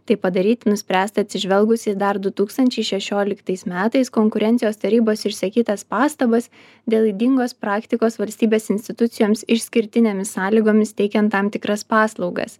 tai padaryti nuspręsta atsižvelgus į dar du tūkstančiai šešioliktais metais konkurencijos tarybos išsakytas pastabas dėl ydingos praktikos valstybės institucijoms išskirtinėmis sąlygomis teikiant tam tikras paslaugas